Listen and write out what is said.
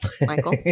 Michael